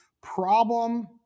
problem